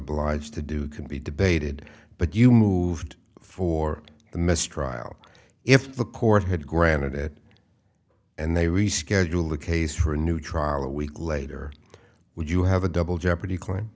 obliged to do can be debated but you moved for the mistrial if the court had granted it and they rescheduled the case for a new trial a week later would you have a double jeopardy cl